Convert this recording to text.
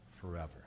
forever